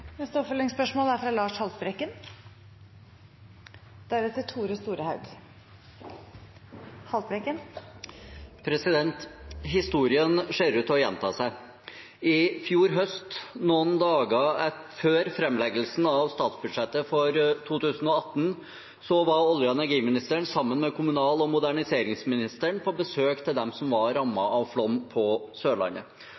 Lars Haltbrekken – til oppfølgingsspørsmål. Historien ser ut til å gjenta seg. I fjor høst, noen dager før framleggelsen av statsbudsjettet for 2018, var olje- og energiministeren sammen med kommunal- og moderniseringsministeren på besøk hos dem som var